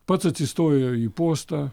pats atsistojo į postą